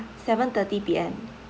seven thirty P_M